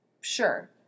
sure